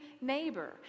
neighbor